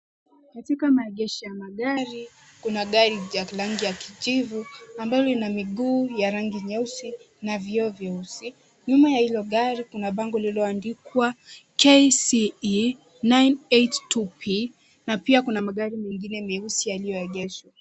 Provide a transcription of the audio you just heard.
Katika maegesho ya magari, kuna gari ya rangi ya kijivu ambayo ina miguu ya rangi nyeusi na vioo vyeusi. Nyuma ya hilo gari kuna bango lililoandikwa KCE 982 P na pia kuna magari mengine mieusi yaliyoegeshwa.